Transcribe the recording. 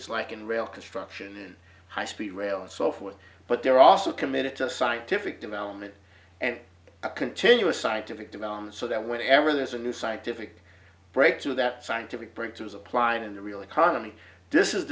technologies like in rail construction high speed rail and so forth but they're also committed to scientific development and a continuous scientific development so that whenever there's a new scientific breakthrough that scientific breakthrough is applying in the real economy this is